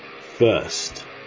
First